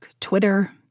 Twitter